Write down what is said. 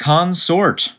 Consort